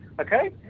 Okay